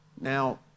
Now